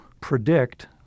predict